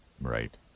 right